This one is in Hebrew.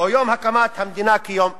יום הקמת המדינה כיום אבל".